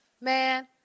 man